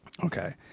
Okay